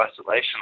isolation